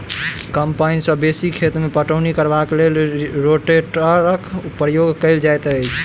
कम पाइन सॅ बेसी खेत मे पटौनी करबाक लेल रोटेटरक प्रयोग कयल जाइत छै